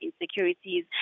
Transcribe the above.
insecurities